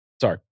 Sorry